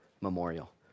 memorial